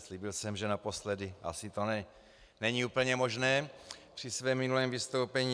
Slíbil jsem, že naposledy asi to není úplně možné při svém minulém vystoupení.